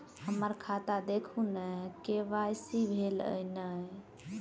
हम्मर खाता देखू नै के.वाई.सी भेल अई नै?